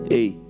Hey